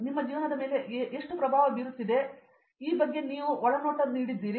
ನಿಮ್ಮ ಜೀವನದಲ್ಲಿ ಅದು ನಿಮ್ಮನ್ನು ಎಷ್ಟು ಹೊಂದುತ್ತದೆ ಮತ್ತು ಎಷ್ಟು ಪ್ರಭಾವ ಬೀರುತ್ತಿದೆ ಎಂದು ನೀವು ಎಲ್ಲಿ ಯೋಚಿಸುತ್ತೀರಿ